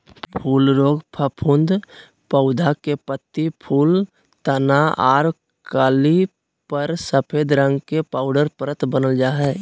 फूल रोग फफूंद पौधा के पत्ती, फूल, तना आर कली पर सफेद रंग के पाउडर परत वन जा हई